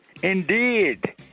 Indeed